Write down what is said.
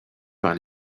par